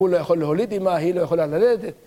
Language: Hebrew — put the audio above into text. הוא לא יכול להוליד אימא, היא לא יכולה ללדת.